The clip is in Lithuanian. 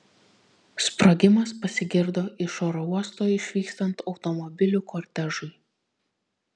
sprogimas pasigirdo iš oro uosto išvykstant automobilių kortežui